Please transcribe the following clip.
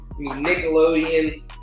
Nickelodeon